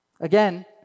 Again